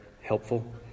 Helpful